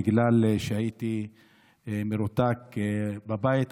בגלל שהייתי מרותק בבית,